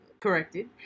corrected